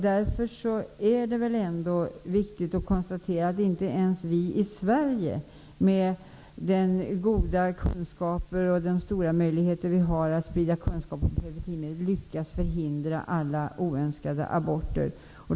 Därför är det viktigt att konstatera att inte ens vi i Sverige, med vår goda kunskap och de stora möjligheter vi har att sprida kunskap om preventivmedel, lyckas förhindra alla oönskade graviditeter.